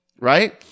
Right